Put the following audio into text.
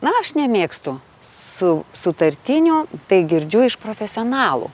na aš nemėgstu su sutartinių tai girdžiu iš profesionalų